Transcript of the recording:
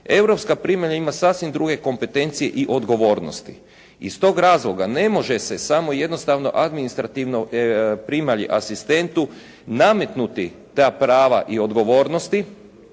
Europska primalja ima sasvim druge kompetencije i odgovornosti. Iz tog razloga ne može se samo jednostavno administrativno primalji asistentu nametnuti ta prava i odgovornosti